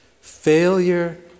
Failure